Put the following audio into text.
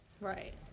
Right